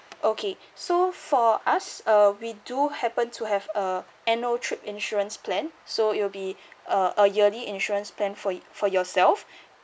okay so for us uh we do happen to have a annual trip insurance plan so it'll be uh a yearly insurance plan for for yourself